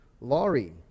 Laurie